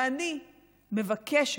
ואני מבקשת,